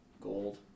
gold